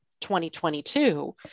2022